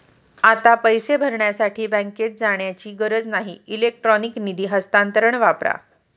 आता पैसे भरण्यासाठी बँकेत जाण्याची गरज नाही इलेक्ट्रॉनिक निधी हस्तांतरण वापरा